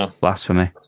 Blasphemy